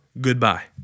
goodbye